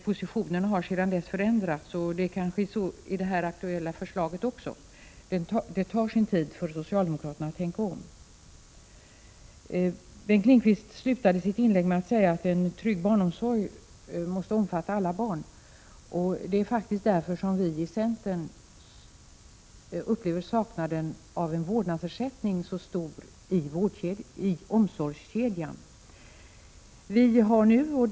Positionen har sedan dess förändrats, och det blir kanske så även när det gäller det aktuella förslaget. Det tar sin tid för socialdemokraterna att tänka om. Bengt Lindqvist slutar sitt inlägg med att säga att en trygg barnomsorg måste omfatta alla barn. Det är faktiskt därför som vi i centern när det gäller omsorgskedjan så starkt upplever avsaknaden av vårdnadsersättning.